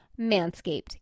Manscaped